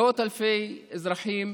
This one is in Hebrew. מאות אלפי אזרחים